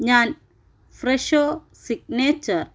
ഞാൻ ഫ്രഷോ സിഗ്നേച്ചർ